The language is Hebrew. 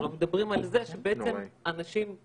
ולא מדברים על זה שמפעל החיים של אנשים קורס,